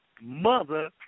Mother